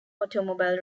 automobile